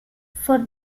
for